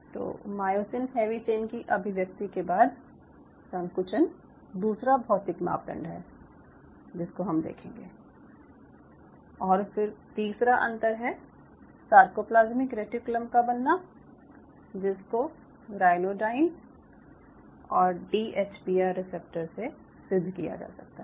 तो myosin heavy chain की अभिव्यक्ति के बाद संकुचन दूसरा भौतिक मापदंड है जिसको हम देखेंगे और फिर तीसरा अंतर है सारकोप्लाज़्मिक रेटिक्यूलम का बनना जिसको रायनोडाईन और D H P R receptor से सिद्ध किया जा सकता है